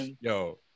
Yo